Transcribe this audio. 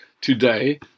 Today